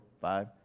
five